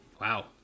Wow